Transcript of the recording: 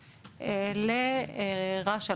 לרש"א,